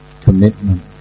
commitment